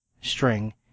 string